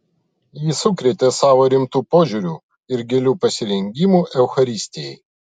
ji sukrėtė savo rimtu požiūriu ir giliu pasirengimu eucharistijai